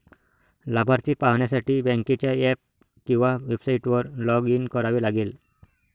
लाभार्थी पाहण्यासाठी बँकेच्या ऍप किंवा वेबसाइटवर लॉग इन करावे लागेल